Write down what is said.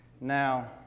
Now